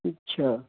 اچھا